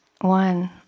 one